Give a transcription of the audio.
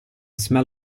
smell